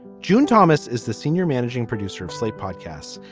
june thomas is the senior managing producer of slate podcasts.